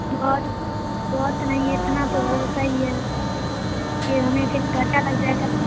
بہت نہیں اتنا تو ہوتا ہی ہے پھر ہمیں پھر گھاٹا لگ جائے گا